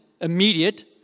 immediate